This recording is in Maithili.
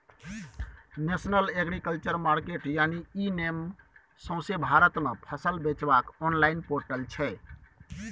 नेशनल एग्रीकल्चर मार्केट यानी इ नेम सौंसे भारत मे फसल बेचबाक आनलॉइन पोर्टल छै